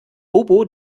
bobo